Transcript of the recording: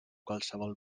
qualsevol